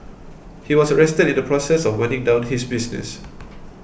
he was arrested in the process of winding down his business